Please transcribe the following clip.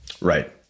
right